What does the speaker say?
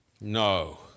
No